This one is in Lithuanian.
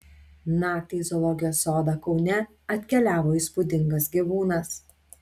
naktį į zoologijos sodą kaune atkeliavo įspūdingas gyvūnas